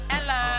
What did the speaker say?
Ella